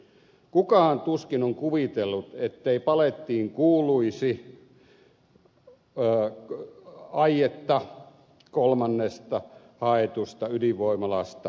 kukaan tuskin on kuvitellut ettei palettiin kuuluisi aietta kolmannesta haetusta ydinvoimalasta ensi vuonna